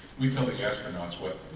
we tell the astronauts what